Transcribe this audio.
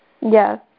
Yes